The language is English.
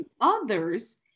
others